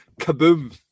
kaboom